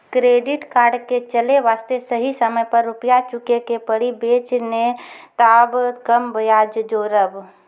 Credit card के चले वास्ते सही समय पर रुपिया चुके के पड़ी बेंच ने ताब कम ब्याज जोरब?